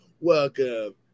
welcome